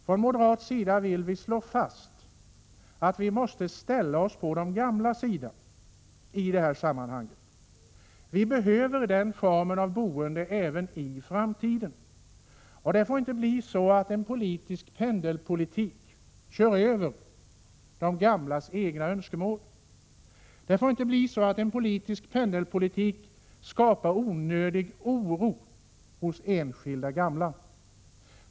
Från moderat sida vill vi slå fast att vi i det här sammanhanget måste ställa oss på de gamlas sida. Vi behöver den formen av boende även i framtiden. Det får inte bli så att vi i en politisk pendelpolitik kör över de gamlas egna önskemål. Det får inte bli så att en politisk pendelpolitik skapar onödig oro hos enskilda gamla.